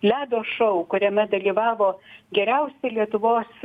ledo šou kuriame dalyvavo geriausi lietuvos